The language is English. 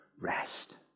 rest